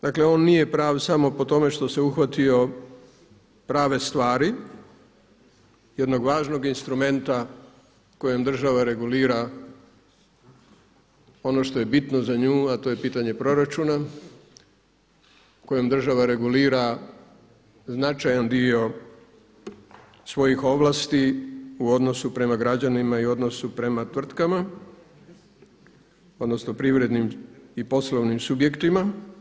Dakle, on nije pravi samo po tome što se uhvatio prave stvari, jednog važnog instrumenta kojim država regulira ono što je bitno za nju a to je pitanje proračuna kojim država regulira značajan dio svojih ovlasti u odnosu prema građanima i odnosu prema tvrtkama, odnosno privrednim i poslovnim subjektima.